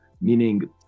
meaning